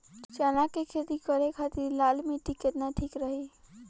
चना के खेती करे के खातिर लाल मिट्टी केतना ठीक रही?